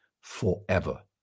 forever